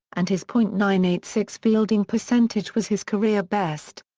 and his point nine eight six fielding percentage was his career best.